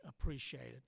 appreciated